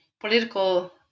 political